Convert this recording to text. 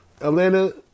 Atlanta